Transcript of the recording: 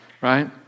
right